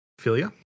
Philia